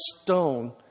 stone